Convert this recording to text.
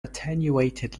attenuated